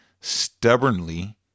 stubbornly